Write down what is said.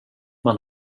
man